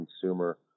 consumer